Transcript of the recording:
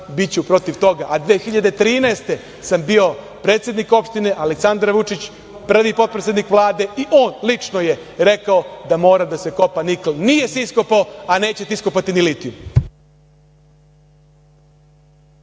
biću protiv toga. Godine 2013. sam bio predsednik opštine, Aleksandar Vučić prvi potpredsednik Vlade i on lično je rekao da mora da se kopa nikl. Nije se iskopao, a nećete iskopati ni litijum.